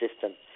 system